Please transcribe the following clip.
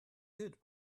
good